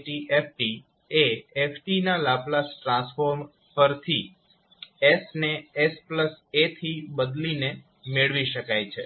𝑒−𝑎𝑡𝑓𝑡 એ 𝑓𝑡 ના Laplace transform પરથી 𝑠 ને 𝑠𝑎 થી બદલીને મેળવી શકાય છે